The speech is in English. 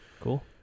Cool